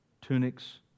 tunics